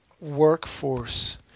workforce